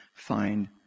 find